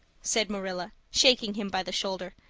said marilla, shaking him by the shoulder,